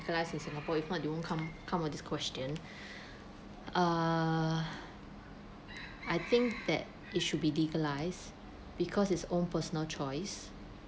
legalised in singapore if not you won't come come on this question err I think that it should be legalised because is own personal choice